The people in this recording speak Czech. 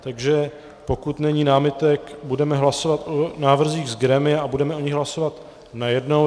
Takže pokud není námitek, budeme hlasovat o návrzích z grémia a budeme o nich hlasovat najednou.